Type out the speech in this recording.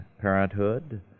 Parenthood